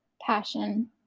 passion